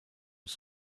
was